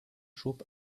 schob